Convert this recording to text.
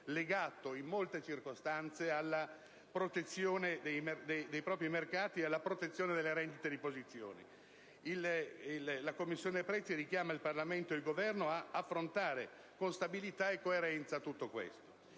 legato in molte circostanze alla protezione dei propri mercati e delle rendite di posizione. La Commissione controllo prezzi richiama il Parlamento ed il Governo ad affrontare con stabilità e coerenza tutto questo.